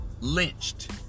lynched